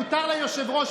מותר ליושב-ראש.